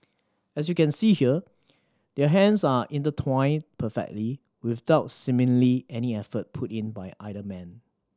as you can see here their hands are intertwined perfectly without seemingly any effort put in by either man